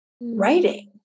writing